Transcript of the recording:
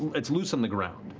it's loose on the ground.